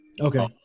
Okay